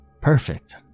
Perfect